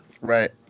Right